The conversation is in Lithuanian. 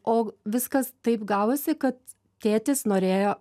o viskas taip gavosi kad tėtis norėjo